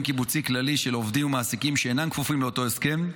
קיבוצי כללי על עובדים ומעסיקים שאינם כפופים לאותו הסכם,